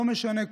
לא משנה,